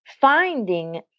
finding